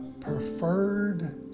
preferred